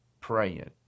praying